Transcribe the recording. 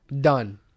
done